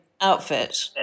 outfit